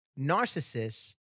narcissists